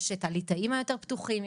יש את הליטאים היותר פתוחים.